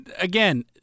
again